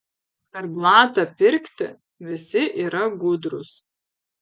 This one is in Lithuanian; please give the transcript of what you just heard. per blatą pirkti visi yra gudrūs